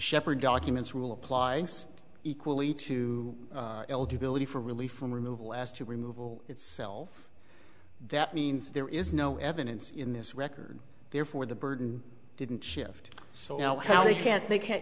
shepherd documents rule applies equally to eligibility for relief from removal asked to remove all itself that means there is no evidence in this record therefore the burden didn't shift so now how they can't they can't